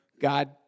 God